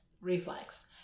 reflex